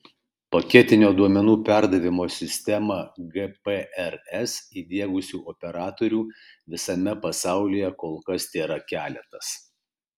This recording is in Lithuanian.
paketinio duomenų perdavimo sistemą gprs įdiegusių operatorių visame pasaulyje kol kas tėra keletas